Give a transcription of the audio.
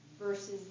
versus